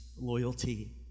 loyalty